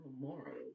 Memorial